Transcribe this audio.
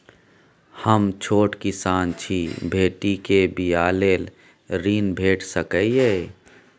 हम छोट किसान छी, बेटी के बियाह लेल ऋण भेट सकै ये?